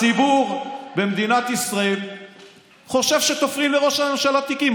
הציבור במדינת ישראל חושב שתופרים לראש הממשלה תיקים.